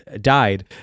died